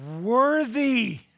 worthy